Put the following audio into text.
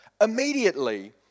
Immediately